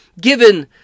given